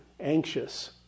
anxious